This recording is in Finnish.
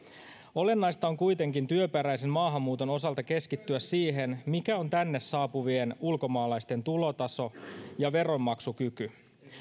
olennaista on kuitenkin työperäisen maahanmuuton osalta keskittyä siihen mikä on tänne saapuvien ulkomaalaisten tulotaso ja veronmaksukyky